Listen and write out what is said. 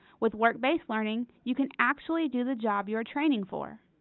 with work based learning. you can actually do the job you are training for!